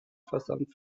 versand